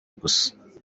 gusa